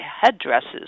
headdresses